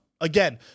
again